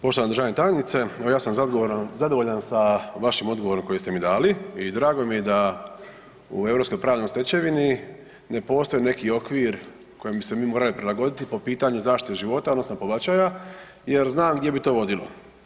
Poštovana državna tajnice, evo ja sam zadovoljan sa vašim odgovorom koji ste mi dali i drago mi je da u europskoj pravnoj stečevini ne postoji neki okvir kojim bis e mi morali prilagoditi po pitanju zaštite života odnosno pobačaja jer znam gdje bi to vodilo.